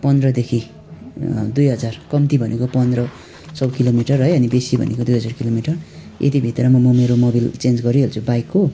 पन्ध्रदेखि दुई हजार कम्ती भनेको पन्ध्र सय किलोमिटर है अनि बेसी भनेको दुई हजार किलोमिटर यतिभित्रमा म मेरो मबिल चेन्ज गरिहाल्छु बाइकको